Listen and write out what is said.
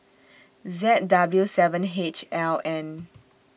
Z W seven H L N